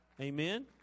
Amen